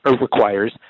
requires